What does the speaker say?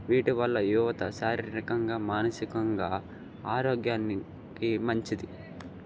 వీటి వల్ల యువత శారీరకంగా మానసికంగా ఆరోగ్యానికి మంచిది